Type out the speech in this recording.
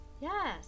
Yes